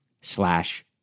slash